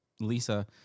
Lisa